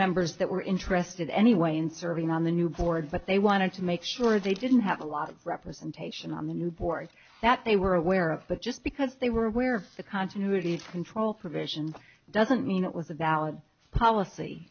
members that were interested anyway in serving on the new board but they wanted to make sure they didn't have a lot of representation on the new board that they were aware of but just because they were aware of the continuity control provisions doesn't mean it was a valid policy